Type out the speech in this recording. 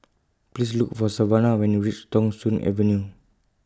Please Look For Savanna when YOU REACH Thong Soon Avenue